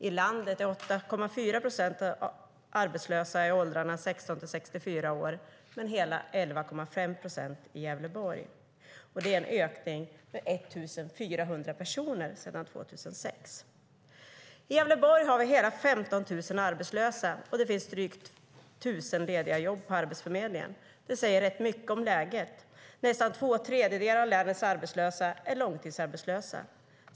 I landet är 8,4 procent arbetslösa i åldrarna 16-64 år. Men det är hela 11,5 procent i Gävleborg. Det är en ökning med 1 400 personer sedan 2006. I Gävleborg har vi 15 000 arbetslösa, och det finns drygt 1 000 lediga jobb på Arbetsförmedlingen. Det säger rätt mycket om läget. Nästan två tredjedelar av länets arbetslösa är långtidsarbetslösa.